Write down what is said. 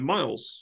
Miles